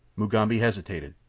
mugambi hesitated.